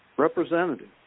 representative